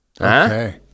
Okay